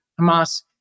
Hamas